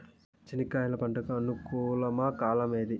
చెనక్కాయలు పంట కు అనుకూలమా కాలం ఏది?